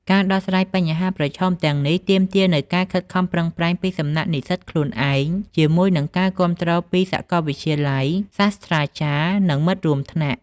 ការដោះស្រាយបញ្ហាប្រឈមទាំងនេះទាមទារនូវការខិតខំប្រឹងប្រែងពីសំណាក់និស្សិតខ្លួនឯង ជាមួយនឹងការគាំទ្រពីសាកលវិទ្យាល័យ សាស្ត្រាចារ្យ និងមិត្តរួមថ្នាក់។